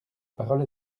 parole